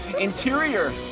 Interior